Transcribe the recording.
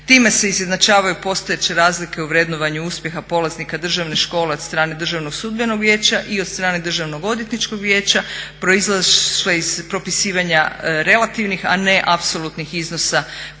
Time se izjednačavaju postojeće razlike u vrednovanju uspjeha polaznika državne škole od strane Državnog sudbenog vijeća i od strane Državnog odvjetničkog vijeća proizašle iz propisivanja relativnih a ne apsolutnih iznosa pojedinih